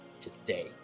today